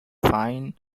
fine